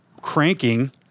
cranking